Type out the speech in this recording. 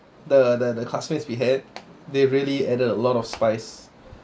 the the the classmates we had they really added a lot of spice